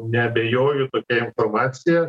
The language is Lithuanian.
neabejoju tokia informacija